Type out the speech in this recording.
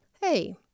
hey